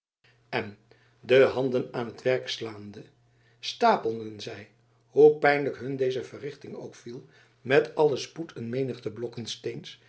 en de handen aan t werk slaande stapelden zij hoe pijnlijk hun deze verrichting ook viel met allen spoed een menigte brokken